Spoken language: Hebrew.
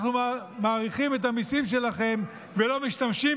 אנחנו מעריכים את המיסים שלכם ולא משתמשים